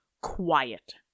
quiet